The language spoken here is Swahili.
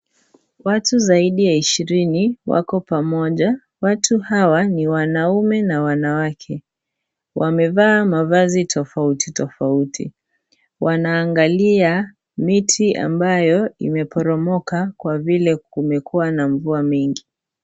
Watu zaidi ya ishirini wako pamoja, watu hawa ni wanaume na wanawake . Wamevaa mavazi tofauti tofauti wanaongalia miti ambayo imeporomoka Kwa vile kumekuwaa na mvua mingi.